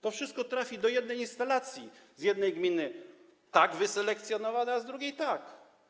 To wszystko trafi do jednej instalacji, z jednej gminy tak wyselekcjonowane, a z drugiej tak.